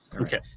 Okay